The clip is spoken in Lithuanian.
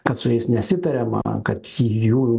kad su jais nesitariama kad jų